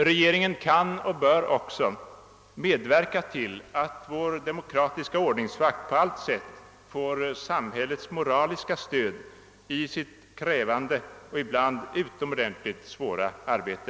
Regeringen kan och bör också medverka till att vår demokratiska ordningsvakt på allt sätt får samhällets moraliska stöd i sitt krävande och ibland utomordentligt svåra arbete.